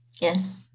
Yes